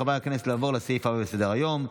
חברי הכנסת, נעבור לסעיף הבא בסדר-היום,